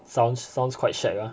sounds sounds quite shag ah